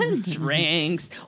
Drinks